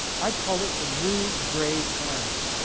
i call it the new gray calamity.